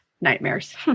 Nightmares